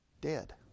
Dead